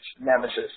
Nemesis